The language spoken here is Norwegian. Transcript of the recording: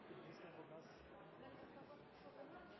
være på plass,